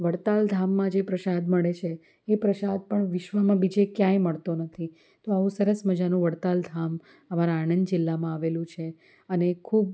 વડતાલ ધામમાં જે પ્રસાદ મળે છે એ પ્રસાદ પણ વિશ્વમાં બીજે ક્યાંય મળતો નથી તો આવું સરસ મજાનું વડતાલ ધામ અમારા આણંદ જિલ્લામાં આવેલું છે અને ખૂબ